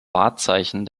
wahrzeichen